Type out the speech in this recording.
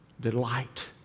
delight